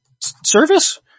service